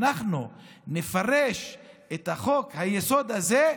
אנחנו נפרש את חוק-היסוד הזה,